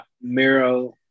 Miro